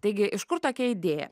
taigi iš kur tokia idėja